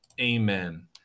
amen